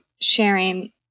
sharing